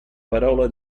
parole